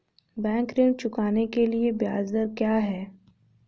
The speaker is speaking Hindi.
बैंक ऋण चुकाने के लिए ब्याज दर क्या है?